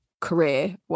career